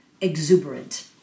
exuberant